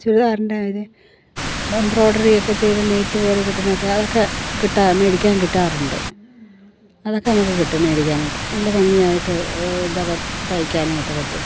ചുരിദാറിൻ്റെ വരെ എംബ്രോയ്ഡറിയൊക്കെ ചെയ്തു നെയ്തുപോലെ കിട്ടുന്നതൊക്കെ അതൊക്കെ കിട്ട മേടിക്കാൻ കിട്ടാറുണ്ട് അതൊക്കെ നമുക്ക് കിട്ടും മേടിക്കാനായിട്ട് നല്ല ഭംഗിയായിട്ട് ഇതൊക്കെ തൈക്കാനായിട്ട് പറ്റും